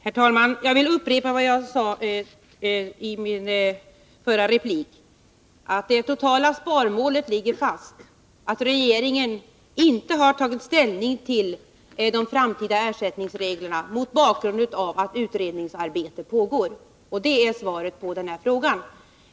Herr talman! Jag vill upprepa vad jag sade i mitt förra inlägg, dvs. att det totala sparmålet ligger fast och att regeringen inte har tagit ställning till de framtida ersättningsreglerna, mot bakgrund av att utredningsarbete pågår. Det är svaret på den här frågan.